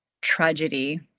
tragedy